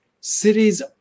Cities